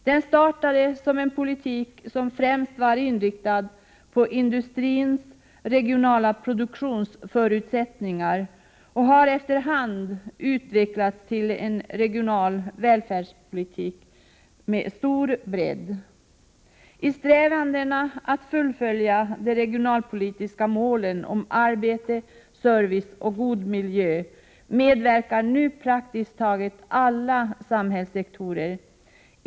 Den startade som en politik som främst var inriktad på industrins regionala produktionsförutsättningar och har efter hand utvecklats till en regional välfärdspolitik med stor bredd. I strävandena att fullfölja de regionalpolitiska målen om arbete, service och god miljö medverkar nu praktiskt taget alla samhällssektorer.